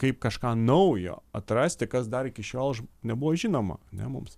kaip kažką naujo atrasti kas dar iki šiol ž nebuvo žinoma ne mums